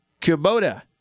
Kubota